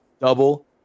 double